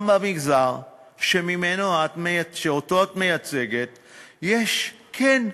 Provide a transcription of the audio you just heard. גם במגזר שאת מייצגת יש, כן,